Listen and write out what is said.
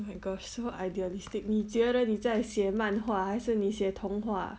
oh my gosh so idealistic 你觉得你在写漫画还是你写童话